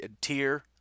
tier